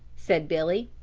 said billy.